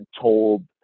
told